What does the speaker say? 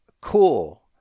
Cool